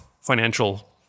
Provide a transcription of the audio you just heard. financial